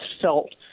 felt